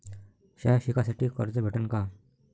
शाळा शिकासाठी कर्ज भेटन का?